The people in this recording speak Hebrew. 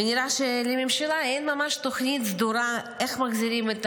ונראה שלממשלה אין ממש תוכנית סדורה איך מחזירים את